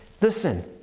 listen